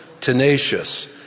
tenacious